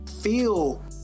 feel